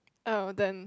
oh then